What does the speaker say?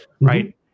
right